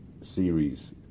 series